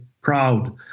proud